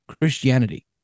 Christianity